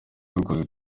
dukoze